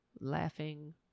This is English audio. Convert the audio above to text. laughing